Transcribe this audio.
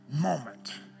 moment